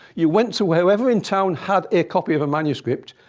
you went to wherever in town had a copy of a manuscript,